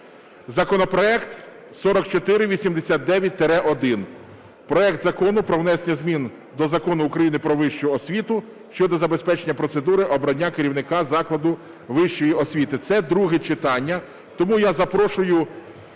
законопроект 4489-1 – проект Закону про внесення змін до Закону України "Про вищу освіту" щодо забезпечення процедури обрання керівника закладу вищої освіти. Це друге читання, тому я запрошую